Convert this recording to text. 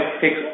fix